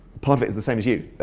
part of it is the same as you.